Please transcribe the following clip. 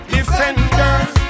Defenders